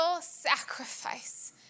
sacrifice